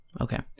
Okay